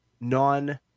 non